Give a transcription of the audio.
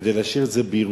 כדי להשאיר את זה בירושה.